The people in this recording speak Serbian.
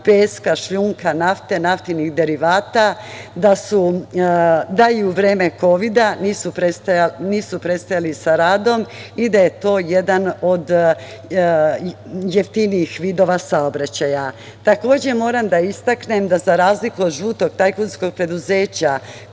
peska, šljunka, nafte, naftnih derivata, da i u vreme Kovida nisu prestajali sa radom i to je jedan od jeftinijih vidova saobraćaja. Takođe moram da istaknem da za razliku od žutog tajkunskog preduzeća